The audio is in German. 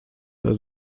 der